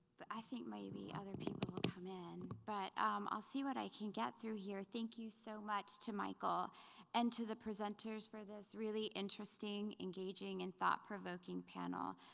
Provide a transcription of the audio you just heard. but i think maybe other people will come in. but um i'll see what i can get through here. thank you so much to michael and to the presenters for this really interesting, engaging, and thought-provoking panel.